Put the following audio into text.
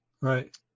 Right